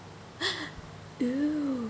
oh